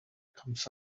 comes